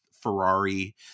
ferrari